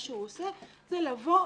מה שהוא עושה זה לבוא,